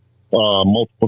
multiple